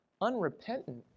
unrepentant